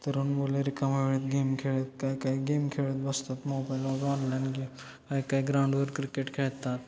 तरुण मुले रिकामा वेळेत गेम खेळत काय काय गेम खेळत बसतात मोबाईलवर ऑनलाईन गेम काय काय ग्राउंडवर क्रिकेट खेळतात